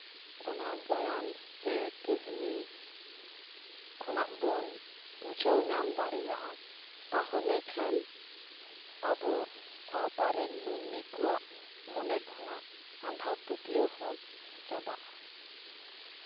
ᱚᱱᱟ ᱜᱟᱭᱟᱱ ᱥᱮ ᱠᱟᱹᱦᱱᱤ ᱠᱷᱚᱱᱟᱜ ᱵᱚᱱ ᱵᱩᱡᱷᱟᱹᱣ ᱧᱟᱢ ᱫᱟᱲᱮᱭᱟᱜᱼᱟ ᱛᱟᱦᱚᱞᱮ ᱠᱷᱟᱱ ᱟᱵᱚ ᱥᱟᱶᱛᱟ ᱨᱮᱱ ᱢᱟᱹᱱᱢᱤ ᱠᱚᱣᱟᱜ ᱢᱚᱱᱮ ᱠᱷᱚᱱᱟᱜ ᱟᱸᱫᱷᱟᱯᱟᱹᱛᱭᱟᱹᱣ ᱦᱚᱸ ᱪᱟᱵᱟᱜᱼᱟ